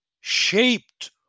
shaped